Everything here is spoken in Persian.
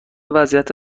وضعیت